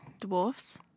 Dwarfs